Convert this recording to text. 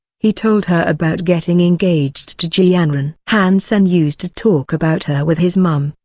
he told her about getting engaged to ji yanran. han sen used to talk about her with his mom,